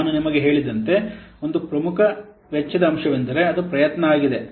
ಈಗ ನಾನು ನಿಮಗೆ ಹೇಳಿದಂತೆ ಒಂದು ಪ್ರಮುಖ ವೆಚ್ಚದ ಅಂಶವೆಂದರೆ ಅದು ಪ್ರಯತ್ನ ಆಗಿದೆ